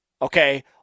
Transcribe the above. Okay